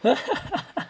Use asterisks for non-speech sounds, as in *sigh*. *laughs*